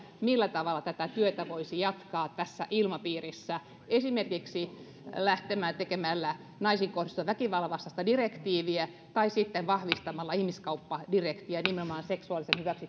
millä tavalla tätä työtä voisi jatkaa tässä ilmapiirissä esimerkiksi tekemällä naisiin kohdistuvan väkivallan vastaista direktiiviä tai sitten vahvistamalla ihmiskauppadirektiiviä nimenomaan seksuaalisen